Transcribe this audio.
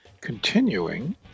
continuing